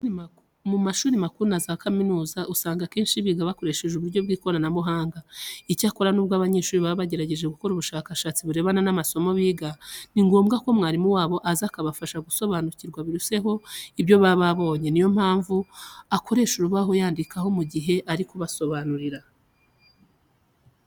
Mu mashuri makuru na za kaminuza, usanga akenshi biga bakoresheje uburyo bw'ikoranabuhanga. Icyakora nubwo abanyeshuri baba bagerageje gukora ubushakashatsi burebana n'amasomo biga, ni ngombwa ko umwarimu wabo aza akabafasha gusobanukirwa biruseho ibyo baba babonye. Niyo mpamvu akoresha urubaho yandikaho mu gihe ari kubasobanurira.